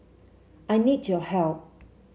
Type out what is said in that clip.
I need your help